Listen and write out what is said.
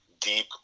deep